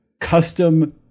custom